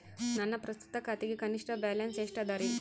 ನನ್ನ ಪ್ರಸ್ತುತ ಖಾತೆಗೆ ಕನಿಷ್ಠ ಬ್ಯಾಲೆನ್ಸ್ ಎಷ್ಟು ಅದರಿ?